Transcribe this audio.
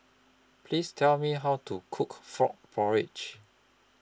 Please Tell Me How to Cook Frog Porridge